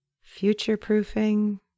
Future-proofing